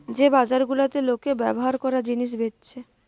যে বাজার গুলাতে লোকে ব্যভার কোরা জিনিস বেচছে